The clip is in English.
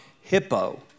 Hippo